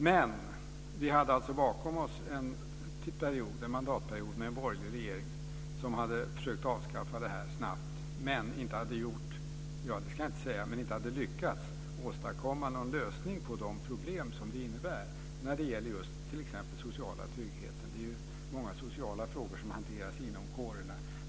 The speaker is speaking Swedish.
Men vi hade alltså bakom oss en mandatperiod med en borgerlig regering som hade försökt avskaffa det här snabbt men inte hade lyckats åstadkomma någon lösning på de problem som det innebär när det gäller just t.ex. den sociala tryggheten. Det är ju många sociala frågor som hanteras inom kårerna.